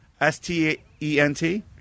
S-T-E-N-T